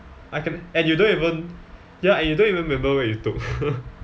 I can and you don't even ya and you don't even remember what you took